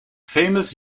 famous